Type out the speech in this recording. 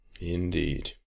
Indeed